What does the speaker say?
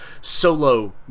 solo